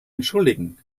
entschuldigen